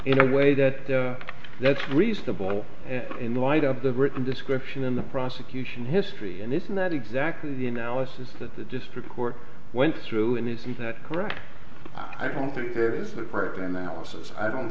in a way that that's reasonable in light of the written description in the prosecution history and it's not exactly the analysis that the district court went through and isn't that correct i don't think there is a